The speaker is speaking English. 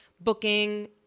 booking